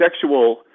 sexual